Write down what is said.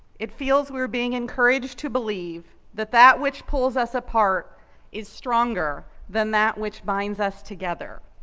it feels we're being encouraged to believe that that which pulls us apart is stronger than that which binds us together.